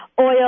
oil